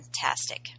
fantastic